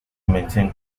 maintain